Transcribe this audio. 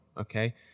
Okay